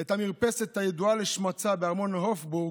את המרפסת הידועה לשמצה בארמון הופבורג,